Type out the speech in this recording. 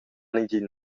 negin